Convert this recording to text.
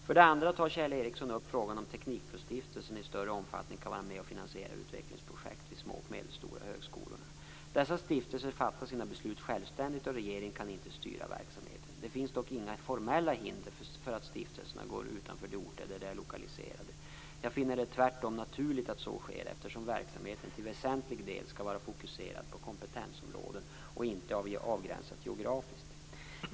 För det andra tar Kjell Ericsson upp frågan om teknikbrostiftelserna i större omfattning kan vara med och finansiera utvecklingsprojekt vid de små och medelstora högskolorna. Dessa stiftelser fattar sina beslut självständigt, och regeringen kan inte styra verksamheten. Det finns dock inga formella hinder för att stiftelserna går utanför de orter där de är lokaliserade. Jag finner det tvärtom naturligt att så sker, eftersom verksamheten till väsentlig del skall vara fokuserad på kompetensområden och inte avgränsas geografiskt.